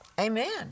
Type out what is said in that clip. Amen